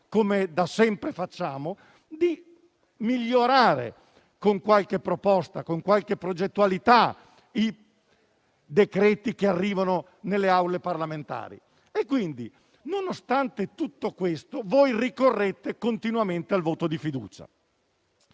come da sempre fa, di migliorare con qualche proposta e con qualche progettualità i decreti che arrivano nelle Aule parlamentari. Nonostante tutto questo, ricorrete continuamente al voto di fiducia.